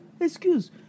Excuse